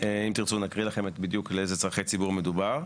אם תרצו נקריא לכם בדיוק לאילו צרכי ציבור מדובר.